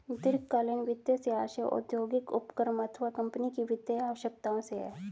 दीर्घकालीन वित्त से आशय औद्योगिक उपक्रम अथवा कम्पनी की वित्तीय आवश्यकताओं से है